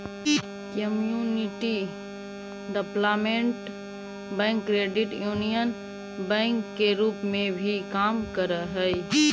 community development bank credit union bank के रूप में भी काम करऽ हइ